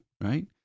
right